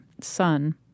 son